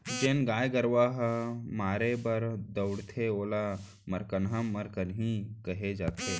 जेन गाय गरूवा ह मारे बर दउड़थे ओला मरकनहा मरकनही कहे जाथे